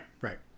right